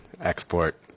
export